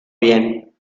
bien